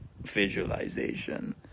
visualization